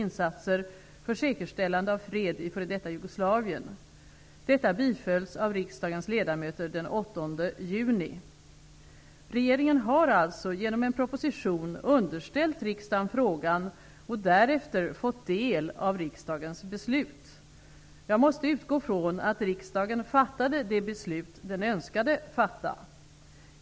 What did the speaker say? Regeringen har alltså genom en proposition underställt riksdagen frågan och därefter fått del av riksdagens beslut. Jag måste utgå från att riksdagen fattade det beslut den önskade fatta.